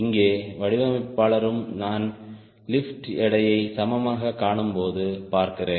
இங்கே வடிவமைப்பாளரும் நான் லிப்ட் எடையை சமமாகக் காணும்போது பார்க்கிறேன்